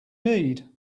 need